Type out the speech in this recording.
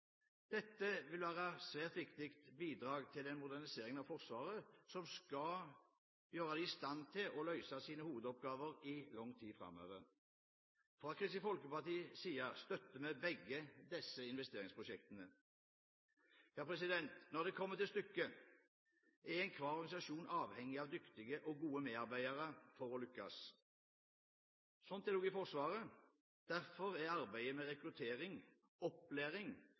Dette vil være svært viktige bidrag til den moderniseringen av Forsvaret som i lang tid framover skal gjøre dem i stand til å løse sine hovedoppgaver. Kristelig Folkeparti støtter begge disse investeringsprosjektene. Når det kommer til stykket, er enhver organisasjon avhengig av dyktige og gode medarbeidere for å lykkes. Slik er det også i Forsvaret. Derfor er arbeidet med rekruttering, opplæring